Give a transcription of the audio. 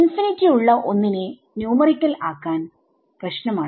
infinity ഉള്ള ഒന്നിനെ numerical ആക്കാൻ പ്രശ്നമാണ്